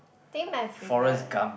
think my favourite